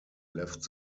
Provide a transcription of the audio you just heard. left